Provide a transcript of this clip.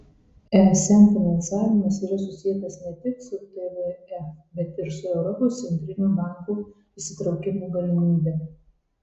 esm finansavimas yra susietas ne tik su tvf bet ir su europos centrinio banko įsitraukimo galimybe